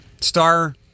star